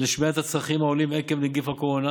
לשמיעת הצרכים העולים עקב נגיף הקורונה